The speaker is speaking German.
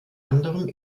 anderem